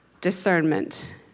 discernment